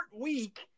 week